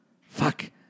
Fuck